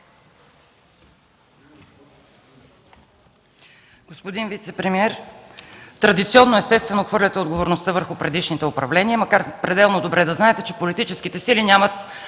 Господин вицепремиер, естествено, традиционно хвърляте отговорността върху предишното управление, макар че пределно добре знаете, че политическите сили нямат